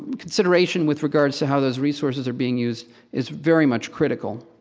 consideration with regards to how those resources are being used is very much critical.